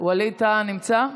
ווליד טאהא נמצא?